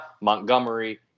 Montgomery